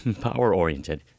power-oriented